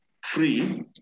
free